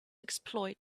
exploit